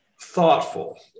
thoughtful